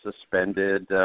suspended –